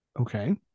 okay